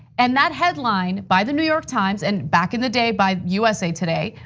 and that headline by the new york times and back in the day by usa today,